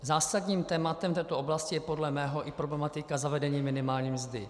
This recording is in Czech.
Zásadním tématem této oblasti je podle mého i problematika zavedení minimální mzdy.